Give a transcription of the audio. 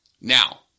Now